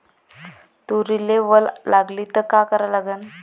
तुरीले वल लागली त का करा लागन?